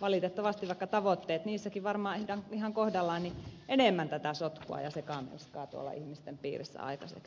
valitettavasti vaikka tavoitteet niissäkin varmaan ovat ihan kohdallaan enemmän tätä sotkua ja sekamelskaa tuolla ihmisten piirissä aikaiseksi